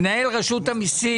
מנהל רשות המסים